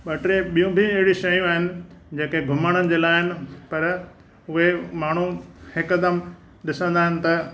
ॿ टे ॿियो बि अहिड़ियूं शयूं आहिनि जेके घुमण जे लाइ आहिनि पर उहे माण्हू हिकदमि ॾिंसदा आहिनि त